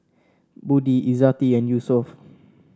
Budi Izzati and Yusuf